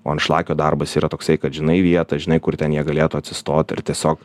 o ant šlakio darbas yra toksai kad žinai vietą žinai kur ten jie galėtų atsistot ir tiesiog